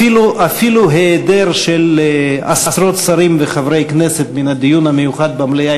אפילו היעדר עשרות שרים וחברי כנסת מן הדיון המיוחד במליאה